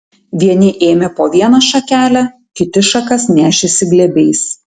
vieni ėmė po vieną šakelę kiti šakas nešėsi glėbiais